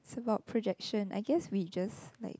it's about projection I guess we just like